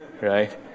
Right